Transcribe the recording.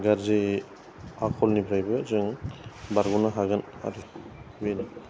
गाज्रि आखलनिफ्रायबो जों बारग'नो हागोन आरो बेनो